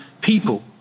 people